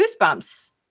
Goosebumps